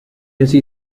así